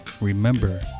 remember